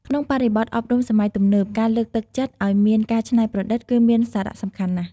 ក្នុងបរិបទអប់រំសម័យទំនើប ការលើកទឹកចិត្តឱ្យមានការច្នៃប្រឌិតគឺមានសារៈសំខាន់ណាស់។